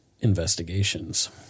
investigations